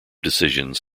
decisions